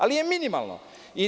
Ali, ipak je minimalno.